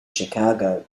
chicago